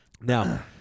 Now